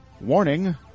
Warning